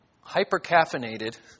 hyper-caffeinated